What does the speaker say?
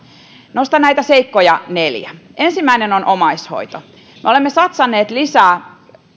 nostan näitä seikkoja neljä ensimmäinen on omaishoito me olemme satsanneet lisää